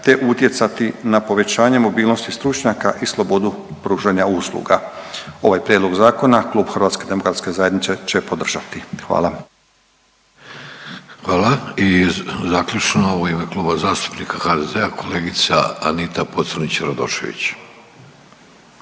te utjecati na povećanje mobilnosti stručnjaka i slobodu pružanja usluga. Ovaj prijedloga zakona Klub HDZ-a će podržati, hvala. **Vidović, Davorko (Socijaldemokrati)** Hvala. I zaključno, u ime Kluba zastupnika HDZ-a kolegica Anita Pocrnić Radošević.